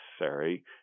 necessary